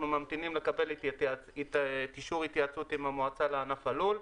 ואנחנו ממתינים לקבל אישור התייעצות עם המועצה לענף הלול.